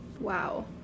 Wow